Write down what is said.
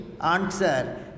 answer